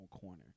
corner